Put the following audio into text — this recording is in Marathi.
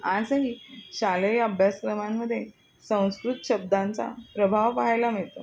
आजही शालेय अभ्यासक्रमांमध्ये संस्कृत शब्दांचा प्रभाव पाहायला मिळतो